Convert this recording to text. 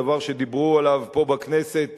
דבר שדיברו עליו פה בכנסת,